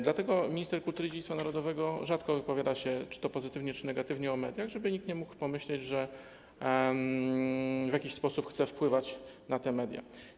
Dlatego minister kultury i dziedzictwa narodowego rzadko wypowiada się pozytywnie czy negatywnie o mediach, żeby nikt nie mógł pomyśleć, że w jakiś sposób chce wpływać na te media.